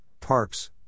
Parks